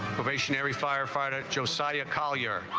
firefighter josiah collier